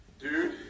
Dude